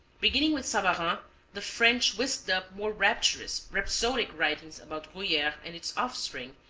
beginning with savarin the french whisked up more rapturous, rhapsodic writing about gruyere and its offspring,